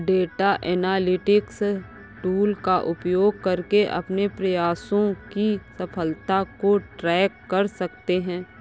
data analytics tool का उपयोग करके अपने प्रयासों की सफलता को ट्रैक कर सकते है